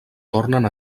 tornen